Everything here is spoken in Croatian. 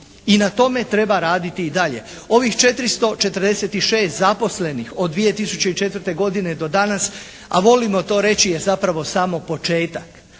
i na tome treba raditi i dalje. Ovih 446 zaposlenih od 2004. godine do danas, a volimo to reći je zapravo samo početak.